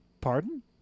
Pardon